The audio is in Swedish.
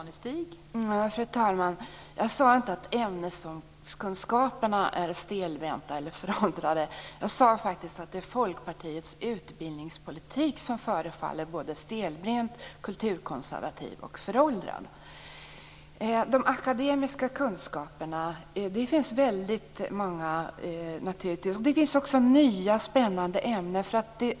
Fru talman! Jag sade inte att ämneskunskaperna är stelbenta eller föråldrade, utan jag sade faktiskt att det är Folkpartiets utbildningspolitik som förefaller stelbent, kulturkonservativ och föråldrad. När det gäller de akademiska kunskaperna finns det naturligtvis också många nya spännande ämnen.